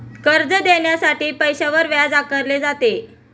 कर्ज देण्यासाठी पैशावर व्याज आकारले जाते